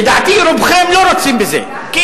לדעתי, רובכם לא רוצים בזה, גם של קדאפי?